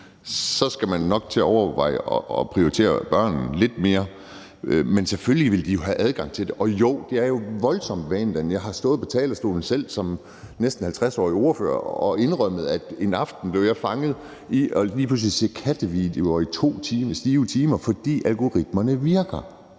så nok skal til at overveje at prioritere børnene lidt mere. Men de vil jo selvfølgelig have adgang til det, og jo, det er voldsomt vanedannende. Jeg har selv stået på talerstolen som næsten 50-årig ordfører og indrømmet, at jeg en aften lige pludselig blev fanget i at se kattevideoer i to stive timer, fordi algoritmerne virker.